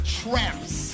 traps